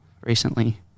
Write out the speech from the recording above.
recently